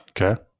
Okay